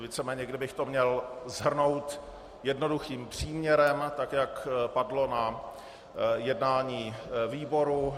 Víceméně kdybych to měl shrnout jednoduchým příměrem, tak jak padlo na jednání výboru.